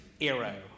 arrow